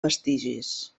vestigis